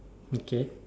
okay